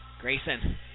Grayson